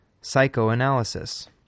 psychoanalysis